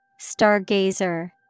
Stargazer